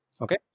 Okay